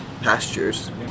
pastures